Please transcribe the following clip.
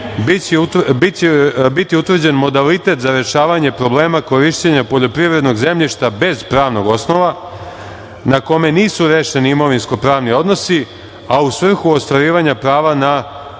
biti utvrđen modalitet za rešavanje problema korišćenja poljoprivrednog zemljišta bez pravnog osnova, a na kome nisu rešeni imovinsko-pravni odnosi, a u svrhu ostvarivanja prava na